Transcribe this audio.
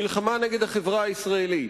מלחמה נגד החברה הישראלית.